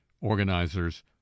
organizers